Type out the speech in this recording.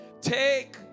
Take